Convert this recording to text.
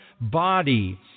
body